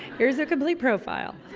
here's her complete profile.